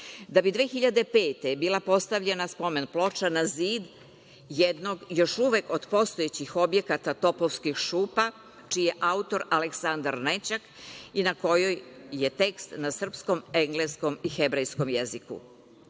da bi 2005. godine bila postavljena spomen ploča na zid jednog, još uvek od postojećeg objekta Topovskih šupa, čije je autor Aleksandar Nećak i na kojoj je tekst na srpskom, engleskom i hebrejskom jeziku.